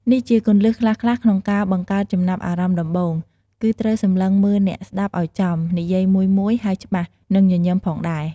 នេះជាគន្លឹះខ្លះៗក្នុងការបង្កើតចំណាប់អារម្មណ៍ដំបូង គឺត្រូវសម្លឹងមើលអ្នកស្ដាប់ឱ្យចំ និយាយមួយៗហើយច្បាស់ និងញញឹមផងដែរ។